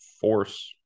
force